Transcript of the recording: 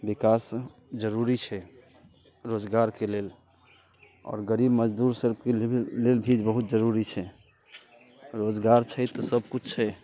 विकास जरूरी छै रोजगारके लेल आओर गरीब मजदूर सबके लेल भी बहुत जरूरी छै रोजगार छै तऽ सब किछु छै